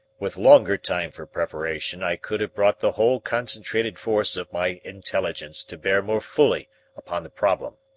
with longer time for preparation i could have brought the whole concentrated force of my intelligence to bear more fully upon the problem,